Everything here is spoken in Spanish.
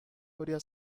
habría